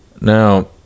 Now